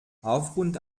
aufgrund